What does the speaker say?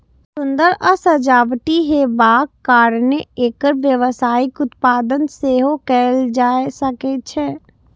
सुंदर आ सजावटी हेबाक कारणें एकर व्यावसायिक उत्पादन सेहो कैल जा सकै छै